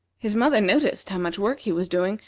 his mother noticed how much work he was doing,